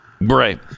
Right